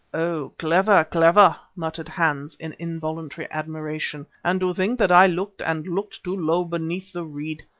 oh! clever, clever! muttered hans in involuntary admiration, and to think that i looked and looked too low, beneath the reed.